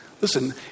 Listen